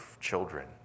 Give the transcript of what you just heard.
children